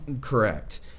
Correct